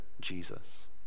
Jesus